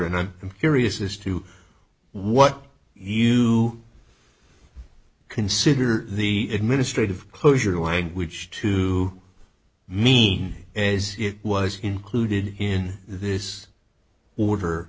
and i'm curious as to what you consider the administrative closure language to mean is it was included in this order